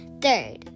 Third